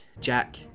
Jack